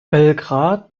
belgrad